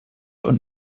und